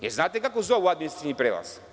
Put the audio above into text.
Da li znate kako zovu administrativni prelaz?